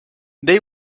they